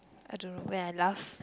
I don't know wait I laugh